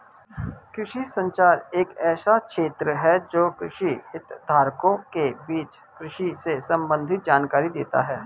कृषि संचार एक ऐसा क्षेत्र है जो कृषि हितधारकों के बीच कृषि से संबंधित जानकारी देता है